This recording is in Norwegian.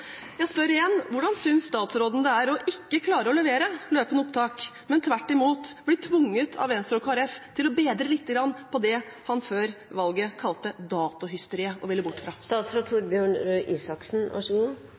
Jeg spør igjen: Hvordan synes statsråden det er å ikke klare å levere løpende opptak, men tvert imot bli tvunget av Venstre og Kristelig Folkeparti til å bedre lite grann på det han før valget kalte datohysteriet og ville bort fra?